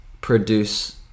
produce